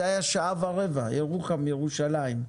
הנסיעה הייתה שעה ורבע ירוחם ירושלים,